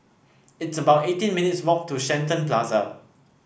it's about eighteen minutes' walk to Shenton Plaza